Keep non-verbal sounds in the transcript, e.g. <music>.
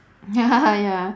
<laughs> ya